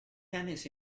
tennis